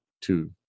two